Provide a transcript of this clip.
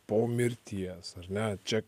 po mirties ar ne čia